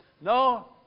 No